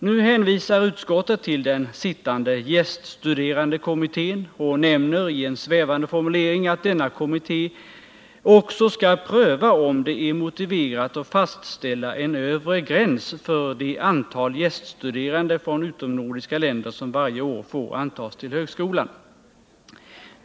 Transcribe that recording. Nu hänvisar utskottet till den sittande gäststuderandekommittén och nämner i en svävande formulering att denna kommitté också skall pröva om det är motiverat att fastställa en övre gräns för det antal gäststuderande från utomnordiska länder som varje år får antas till högskolan.